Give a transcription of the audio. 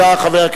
רגע.